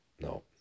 no